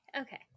Okay